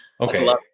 Okay